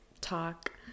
talk